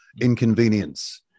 inconvenience